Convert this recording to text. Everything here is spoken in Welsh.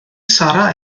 sarra